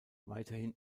weiterhin